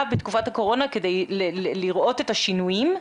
בתקופת הקורונה כדי לראות את השינויים?